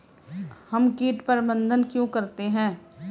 हम कीट प्रबंधन क्यों करते हैं?